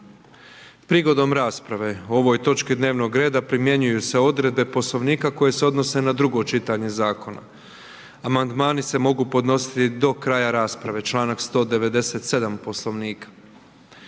Prigodom rasprave o ovoj točki dnevnog reda primjenjuju se odredbe Poslovnika koje se odnose na drugo čitanje zakona. Amandmani se mogu podnositi do kraja rasprave sukladno članku 197. Poslovnika.